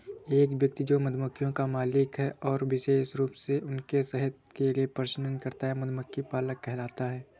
एक व्यक्ति जो मधुमक्खियों का मालिक है और विशेष रूप से उनके शहद के लिए प्रजनन करता है, मधुमक्खी पालक कहलाता है